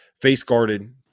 face-guarded